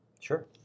Sure